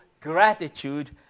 gratitude